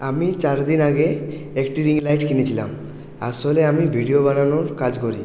আমি চার দিন আগে একটি রিং লাইট কিনেছিলাম আসলে আমি ভিডিও বানানোর কাজ করি